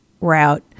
route